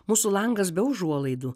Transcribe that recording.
mūsų langas be užuolaidų